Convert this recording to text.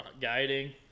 guiding